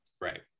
Right